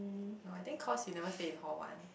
no I think cause you never stay in hall one